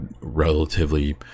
relatively